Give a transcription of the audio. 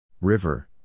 River